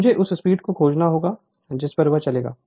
मुझे उस स्पीड को खोजना होगा जिस पर वह चलेगी